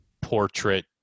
portrait